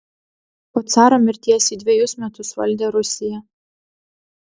po caro mirties ji dvejus metus valdė rusiją